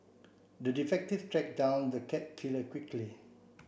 the tracked down the cat killer quickly